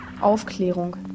Aufklärung